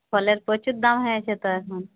ফলের প্রচুর দাম হয়েছে তো এখন